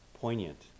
poignant